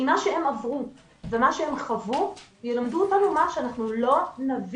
כי מה שהם עברו ומה שהם חוו ילמדו אותנו מה שאנחנו לא נבין,